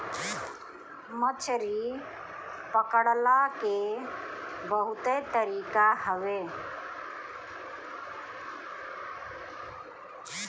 मछरी पकड़ला के बहुते तरीका हवे